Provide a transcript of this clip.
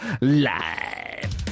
live